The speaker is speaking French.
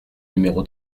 numéro